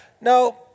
No